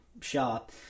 shop